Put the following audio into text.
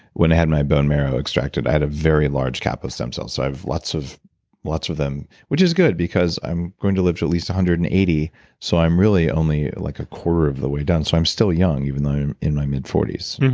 when i had my bone marrow extracted i had a very large count of stem cells. so i have lots of lots of them which is good because i'm going to live to at least one hundred and eighty so i'm really only like a quarter of the way done. so i'm still young even though i'm in my mid forty s.